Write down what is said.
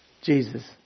Jesus